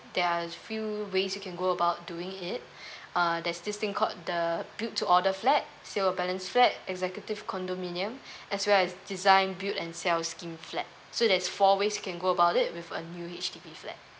there are few ways you can go about doing it uh there's this thing called the build to order flat so balance flat executive condominium as well as design build and sell scheme flat so that's four ways you can go about it with a new H_D_B flat